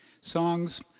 songs